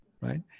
Right